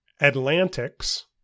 Atlantics